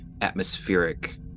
atmospheric